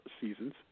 seasons